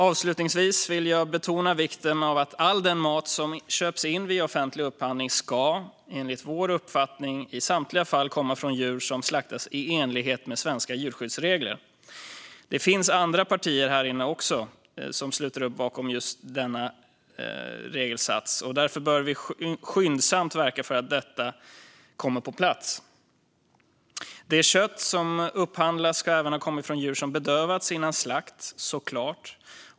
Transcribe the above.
Avslutningsvis vill jag betona vikten av att den mat som köps in via offentlig upphandling i samtliga fall kommer från djur som har slaktats i enlighet med svenska djurskyddsregler. Det finns andra partier här inne som sluter upp bakom detta, och därför bör vi skyndsamt verka för att detta kommer på plats. Det kött som upphandlas ska såklart även komma från djur som bedövats före slakt.